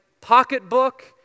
pocketbook